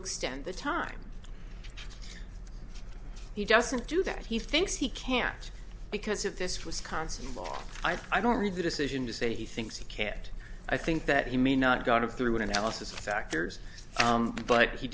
extend the time he doesn't do that he thinks he can't because of this wisconsin law i don't read the decision to say he thinks he can't i think that he may not go to through an analysis of factors but he